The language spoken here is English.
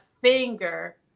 finger